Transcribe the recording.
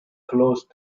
closed